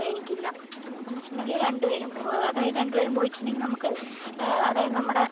എനിക്കില്ല അപ്പൊന്താ വെച്ചിട്ടുണ്ടെങ്കിൽ രണ്ടുപേരും പൊ അതായത് രണ്ടുപേരും പോയിട്ടുണ്ടെങ്കിൽ നമുക്ക് അതായത് നമ്മുടെ